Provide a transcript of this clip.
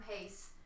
pace